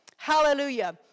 Hallelujah